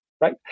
right